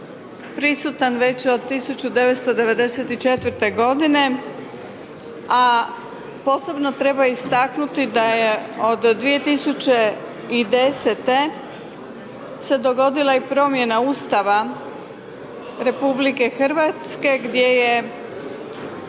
prisutan već od 1994. g. a posebno treba istaknuti da je od 2010. se dogodila i promjena Ustava RH gdje je